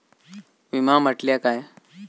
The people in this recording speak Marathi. विमा म्हटल्या काय?